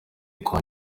kwa